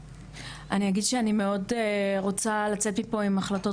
אני אגיד שאני מאוד רוצה לצאת מפה עם החלטות